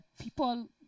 People